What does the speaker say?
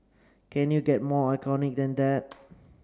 can you get more iconic than that